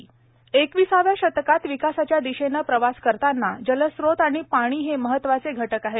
जागतिक जल दिन एकविसाव्या शतकात विकासाच्या दिशेनं प्रवास करताना जलस्त्रोत आणि पाणी हे महत्वाचे घटक आहेत